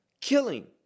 killing